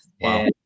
Wow